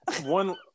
one